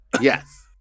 Yes